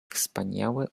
wspaniałe